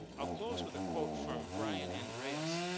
i'll close with a quote from brian andreas.